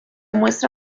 muestra